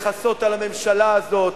לכסות על הממשלה הזאת,